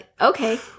Okay